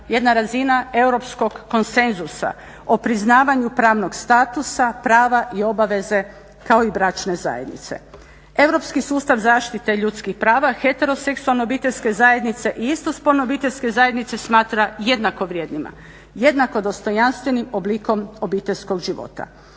jedna razina europskog konsenzusa o priznavanju pravnog statusa, prava i obaveze kao i bračne zajednice. Europski sustav zaštite ljudskih prava, heteroseksualne obiteljske zajednice i istospolne obiteljske zajednice smatra jednako vrijednima, jednako dostojanstvenim oblikom obiteljskog života.